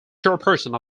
chairperson